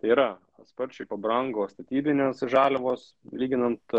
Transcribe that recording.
tai yra kad sparčiai pabrango statybinės žaliavos lyginant